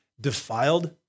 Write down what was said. defiled